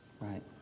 Right